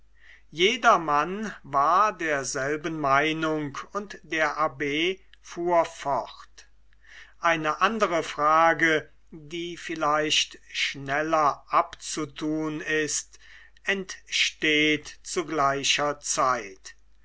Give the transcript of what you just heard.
jedermann war derselben meinung und der abb fuhr fort eine andere frage die vielleicht schneller abzutun ist entsteht zu gleicher zeit